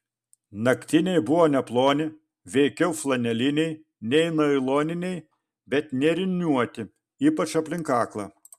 naktiniai buvo neploni veikiau flaneliniai nei nailoniniai bet nėriniuoti ypač aplink kaklą